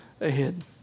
ahead